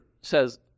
says